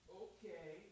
okay